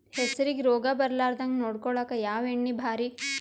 ಹೆಸರಿಗಿ ರೋಗ ಬರಲಾರದಂಗ ನೊಡಕೊಳುಕ ಯಾವ ಎಣ್ಣಿ ಭಾರಿ?